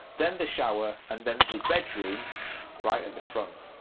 then the shower, and then the bedroom right at the front.